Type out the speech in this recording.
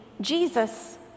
Jesus